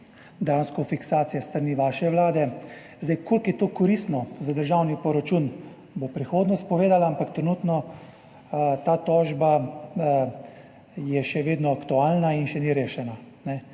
dejansko fiksacija s strani vaše vlade. Koliko je to koristno za državni proračun, bo prihodnost povedala, ampak trenutno je ta tožba še vedno aktualna in še ni rešena.